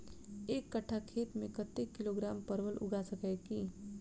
एक कट्ठा खेत मे कत्ते किलोग्राम परवल उगा सकय की??